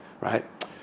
right